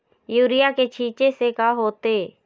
Urea के छींचे से का होथे?